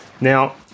Now